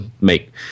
make